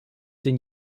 den